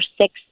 six